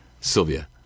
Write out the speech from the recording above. Sylvia